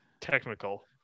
technical